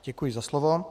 Děkuji za slovo.